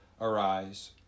Arise